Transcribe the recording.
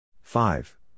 Five